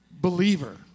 believer